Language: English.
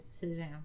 Suzanne